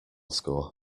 score